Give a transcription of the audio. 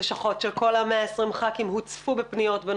לשכות של כל ה-120 ח"כים הוצפו בפניות של